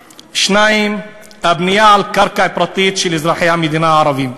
2. הבנייה היא על קרקע פרטית של אזרחי המדינה הערבים,